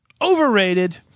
Overrated